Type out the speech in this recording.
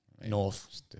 north